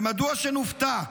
ומדוע שנופתע?